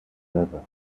driver